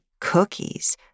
cookies